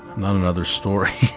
not another story.